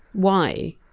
why?